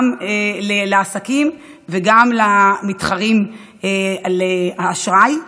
גם לעסקים וגם למתחרים על האשראי.